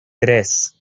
tres